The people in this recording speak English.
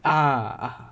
ah